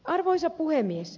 arvoisa puhemies